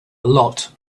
lot